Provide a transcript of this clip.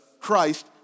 Christ